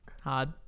Hard